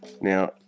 now